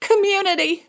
Community